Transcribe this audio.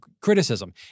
criticism